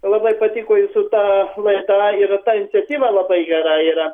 labai patiko jūsų ta laida ir ta iniciatyva labai gera yra